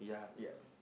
ya